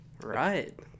Right